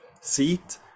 seat